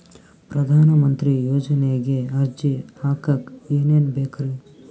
ಪ್ರಧಾನಮಂತ್ರಿ ಯೋಜನೆಗೆ ಅರ್ಜಿ ಹಾಕಕ್ ಏನೇನ್ ಬೇಕ್ರಿ?